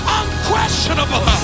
unquestionable